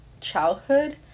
childhood